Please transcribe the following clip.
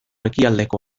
ekialdeko